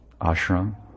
ashram